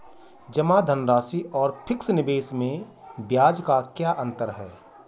जमा धनराशि और फिक्स निवेश में ब्याज का क्या अंतर है?